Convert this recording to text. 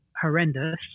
horrendous